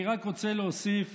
אני רק רוצה להוסיף